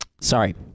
Sorry